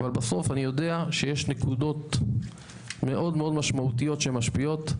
אבל בסוף אני יודע שיש נקודות מאוד משמעותיות שהן משפיעות,